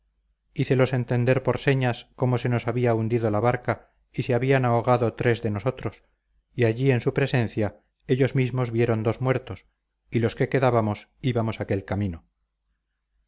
hícelos entender por señas cómo se nos había hundido una barca y se habían ahogado tres de nosotros y allí en su presencia ellos mismos vieron dos muertos y los que quedábamos íbamos aquel camino